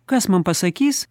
kas man pasakys